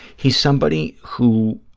he's somebody who